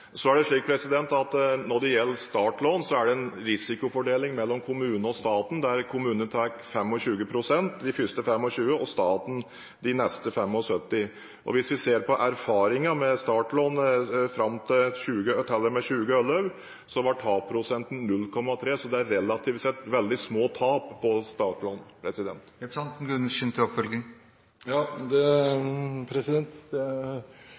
Så er det slik når det gjelder startlån, at det er en risikofordeling mellom kommunene og staten, der kommunene tar de første 25 pst. og staten de neste 75 pst. Hvis vi ser på erfaringene med startlån til og med 2011, var tapsprosenten 0,3, så det er relativt sett veldig små tap på startlån. Dette er vel også riktig, og jeg hører fra kommunene at det er veldig lite tap. Men det er